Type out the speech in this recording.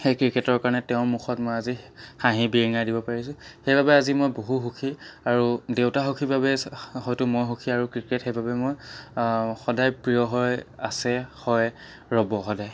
সেই ক্ৰিকেটৰ কাৰণে তেওঁৰ মুখত আজি হাঁহি বিৰিঙাই দিব পাৰিছোঁ সেইবাবে আজি মই বহু সুখী আৰু দেউতা সুখী বাবে হয়তো মই সুখী আৰু ক্ৰিকেট সেইবাবে মই সদায় প্ৰিয় হৈ আছে হয় ৰ'ব সদায়